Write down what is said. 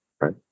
right